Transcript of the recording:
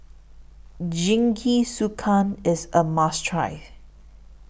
Jingisukan IS A must Try